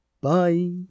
bye